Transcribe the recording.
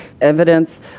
evidence